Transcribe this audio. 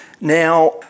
Now